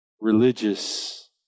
religious